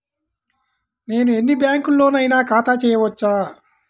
నేను ఎన్ని బ్యాంకులలోనైనా ఖాతా చేయవచ్చా?